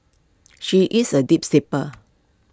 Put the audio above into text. she is A deep sleeper